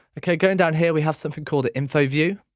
ok going down here we have something called the info view.